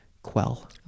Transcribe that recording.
quell